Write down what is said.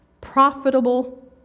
profitable